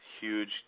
huge